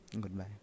Goodbye